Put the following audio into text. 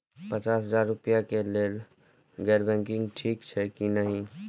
पचास हजार रुपए के लेल गैर बैंकिंग ठिक छै कि नहिं?